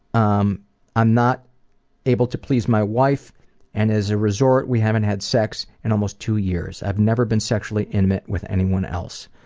um i'm not able to please my wife and as a result we haven't had sex in almost two years. i've never been sexually intimate with anyone else.